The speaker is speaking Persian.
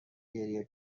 گریه